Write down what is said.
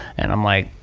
and i'm like,